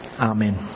Amen